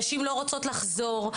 נשים לא רוצות לחזור.